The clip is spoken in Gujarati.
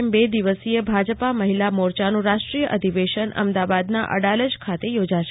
એમ બે દિવસીય ભાજપા મહિલા મોર યાનું રાષ્ટ્રીય અધિવેશન અમદાવાદના અડાલજ ખાતે યોજાશે